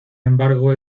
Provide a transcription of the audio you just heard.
embargo